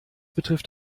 betrifft